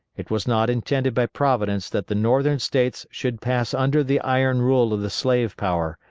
it was not intended by providence that the northern states should pass under the iron rule of the slave power,